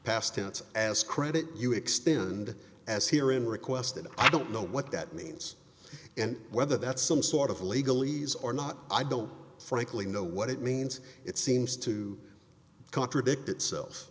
past tense as credit you extend as here in requested i don't know what that means and whether that's some sort of legalese or not i don't frankly know what it means it seems to contradict itself